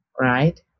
right